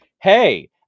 Hey